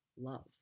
love